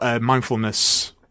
mindfulness